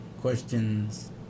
questions